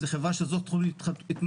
זאת חברה שזה תחום התמחותה,